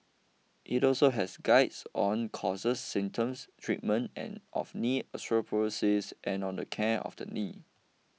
it also has guides on causes symptoms treatment and of knee osteoarthritis and on the care of the knee